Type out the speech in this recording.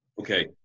okay